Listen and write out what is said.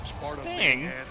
Sting